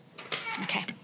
Okay